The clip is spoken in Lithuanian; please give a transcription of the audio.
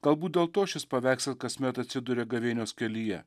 galbūt dėl to šis paveikslas kasmet atsiduria gavėnios kelyje